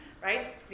right